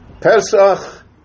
Pesach